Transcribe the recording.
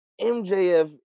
MJF